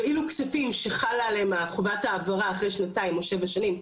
ואילו כספים שחלה עליהם חובת העברה אחרי שנתיים או שבע שנים,